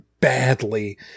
badly